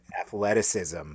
athleticism